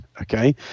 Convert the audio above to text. okay